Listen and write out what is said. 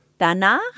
Danach